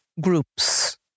groups